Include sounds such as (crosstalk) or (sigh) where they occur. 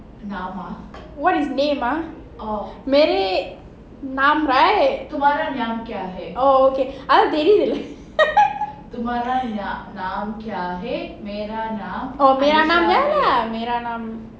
what is name ah oh right oh okay (laughs) oh ya lah